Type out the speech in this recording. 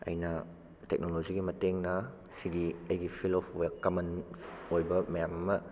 ꯑꯩꯅ ꯇꯦꯛꯅꯣꯂꯣꯖꯤꯒꯤ ꯃꯇꯦꯡꯅ ꯁꯤꯒꯤ ꯑꯩꯒꯤ ꯐꯤꯜꯗ ꯑꯣꯐ ꯀꯃꯟ ꯑꯣꯏꯕ ꯃꯌꯥꯝ ꯑꯃ